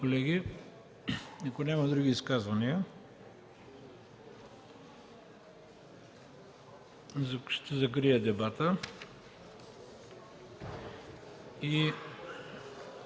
колеги, ако няма други изказвания, ще закрия дебата.